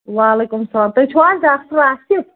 وعلیکُم السلام تُہۍ چھُو حظ ڈاکٹر آصِف